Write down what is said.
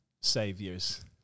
saviors